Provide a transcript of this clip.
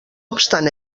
obstant